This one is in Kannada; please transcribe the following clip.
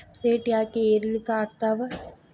ರೇಟ್ ಯಾಕೆ ಏರಿಳಿತ ಆಗ್ತಾವ?